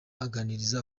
aganiriza